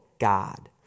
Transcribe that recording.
God